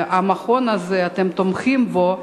שאתם תומכים במכון הזה,